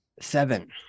Seven